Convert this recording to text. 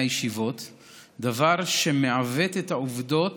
דבר שמעוות את העובדות